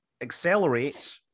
accelerate